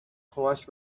کمک